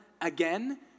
again